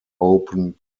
open